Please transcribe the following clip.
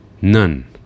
None